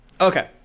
Okay